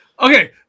Okay